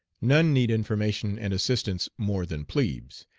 none need information and assistance more than plebes,